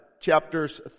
chapters